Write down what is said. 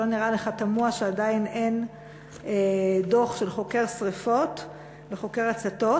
האם זה לא נראה לך תמוה שעדיין אין דוח של חוקר שרפות וחוקר הצתות?